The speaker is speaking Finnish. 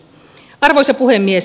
arvoisa puhemies